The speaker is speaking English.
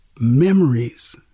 memories